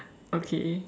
okay